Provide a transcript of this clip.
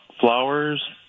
flowers